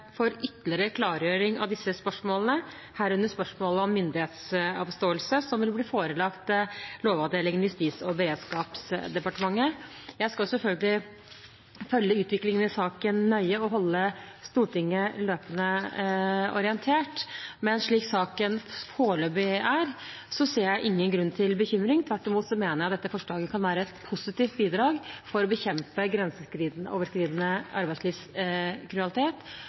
for ytterligere klargjøring av disse spørsmålene, herunder spørsmålet om myndighetsavståelse, som vil bli forelagt Lovavdelingen i Justis- og beredskapsdepartementet. Jeg skal selvfølgelig følge utviklingen i saken nøye og holde Stortinget løpende orientert, men slik saken foreløpig er, ser jeg ingen grunn til bekymring. Tvert imot mener jeg at dette forslaget kan være et positivt bidrag for å bekjempe grenseoverskridende arbeidslivskriminalitet